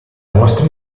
mostra